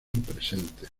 presentes